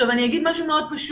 אני אומר משהו מאוד פשוט.